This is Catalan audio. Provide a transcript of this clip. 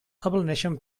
ablaneixen